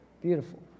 Beautiful